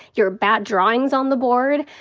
your bad drawings on the board,